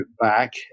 back